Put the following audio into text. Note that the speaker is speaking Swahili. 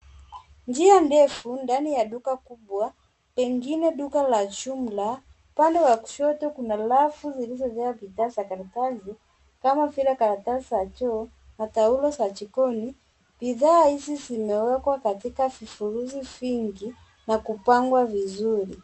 Njia ndefu ndani ya duka kubwa pengine duka la jumla. Pande wa kushoto kuna rafu zilizojaa bidhaa za karatasi kama vile karatasi za choo na taulo za jikoni. Bidhaa hizi zimewekwa katika vifurushi vingi na kupangwa vizuri.